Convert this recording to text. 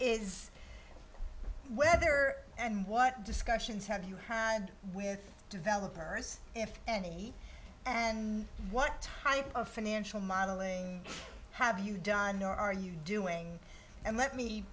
is weather and what discussions have you heard with developers if any and what type of financial modeling have you done or are you doing and let me